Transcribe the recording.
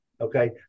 Okay